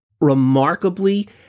remarkably